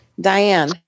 Diane